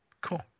cool